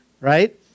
Right